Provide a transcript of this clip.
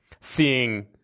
seeing